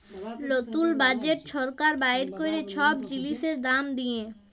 লতুল বাজেট ছরকার বাইর ক্যরে ছব জিলিসের দাম দিঁয়ে